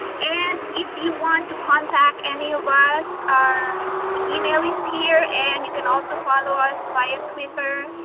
and if you want to contact any of us, our email is here and you can also follow us via twitter.